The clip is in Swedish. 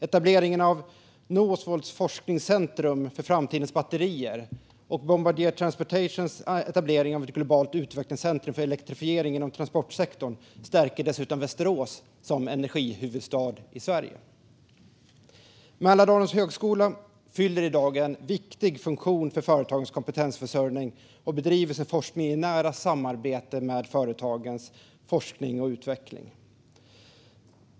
Etableringen av Northvolts forskningscentrum för framtidens batterier och Bombardier Transportations etablering av ett globalt utvecklingscentrum för elektrifiering inom transportsektorn stärker dessutom Västerås som energihuvudstad i Sverige. Mälardalens högskola fyller i dag en viktig funktion för företagens kompetensförsörjning och bedriver sin forskning i nära samarbete med företagens forskning och utveckling.